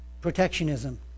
protectionism